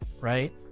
right